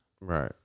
Right